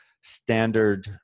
standard